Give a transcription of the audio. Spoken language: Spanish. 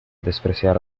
despreciar